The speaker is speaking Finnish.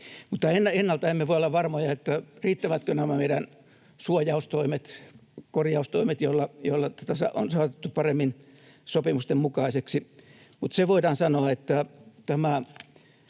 Ennalta emme voi olla varmoja, riittävätkö nämä meidän suojaustoimet ja korjaustoimet, joilla tätä on saatettu paremmin sopimusten mukaiseksi, mutta se voidaan sanoa, että tämä